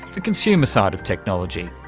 the consumer side of technology.